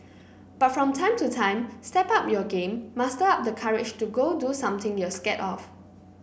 but from time to time step up your game muster up the courage and go do something you're scared of